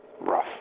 rough